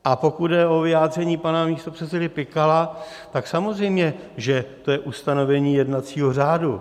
A pokud jde o vyjádření pana místopředsedy Pikala, tak samozřejmě že to je ustanovení jednacího řádu.